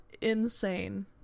insane